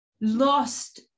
lost